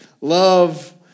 Love